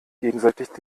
gegenseitig